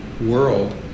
world